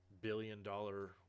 billion-dollar